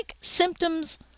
symptoms